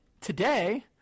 today